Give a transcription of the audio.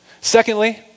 Secondly